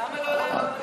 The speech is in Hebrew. למה לא להעלות אותה?